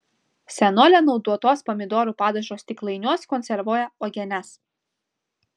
senolė naudotuos pomidorų padažo stiklainiuos konservuoja uogienes